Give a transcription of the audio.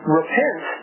repent